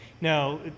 Now